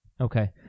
Okay